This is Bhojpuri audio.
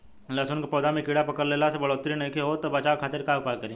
लहसुन के पौधा में कीड़ा पकड़ला से बढ़ोतरी नईखे होत बचाव खातिर का उपाय करी?